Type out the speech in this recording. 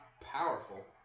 powerful